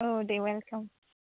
औ दे वेलकाम